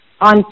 On